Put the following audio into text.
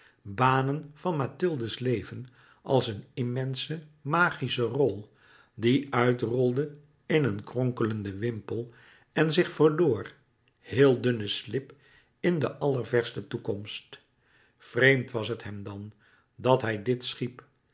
banen van mathilde's leven als een immense magische rol die uitrolde in een kronkelenden wimpel en zich verloor heel dunne slip in de allerverste toekomst vreemd was het hem dan dat hij dit schiep